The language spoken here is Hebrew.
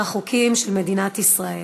אחריו,